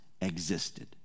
existed